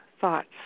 thoughts